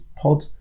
Pod